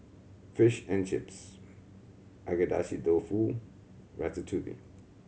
Fish and Chips Agedashi Dofu Ratatouille